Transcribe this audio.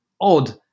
odd